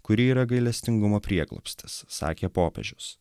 kuri yra gailestingumo prieglobstis sakė popiežius